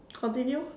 continue